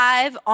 Live